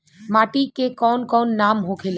माटी के कौन कौन नाम होखेला?